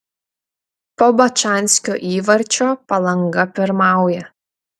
po bačanskio įvarčio palanga pirmauja